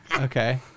Okay